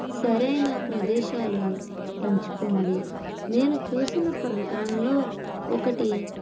సరైన ప్రదేశాలు ఎంచుకోండి నేను చూసిన ప్రకటనలలో ఒకటి